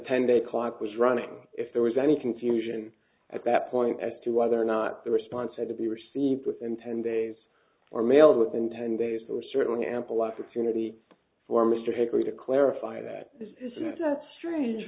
ten day clock was running if there was any confusion at that point as to whether or not the response had to be received within ten days or mailed within ten days to a certain ample opportunity for mr hickory to clarify that this is strange